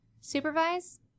Supervise